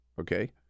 Okay